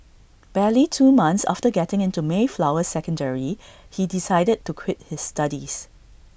barely two months after getting into Mayflower secondary he decided to quit his studies